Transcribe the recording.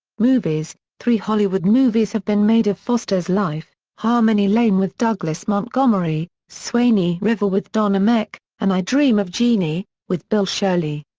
movies three hollywood movies have been made of foster's life harmony lane with douglass montgomery, swanee river with don ameche, and i dream of jeanie, with bill shirley.